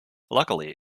luckily